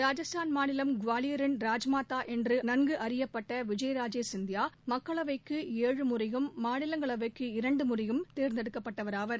ராஜஸ்தான் மாநிலம் குவாலியரின் ராஜமாதா என நன்கு அறியப்பட்ட விஜயராஜே சிந்தியா மக்களவைக்கு ஏழு முறையும் மாநிலங்களவைக்கு இரண்டு முறையும் தேர்ந்தெடுக்கப்பட்டவராவார்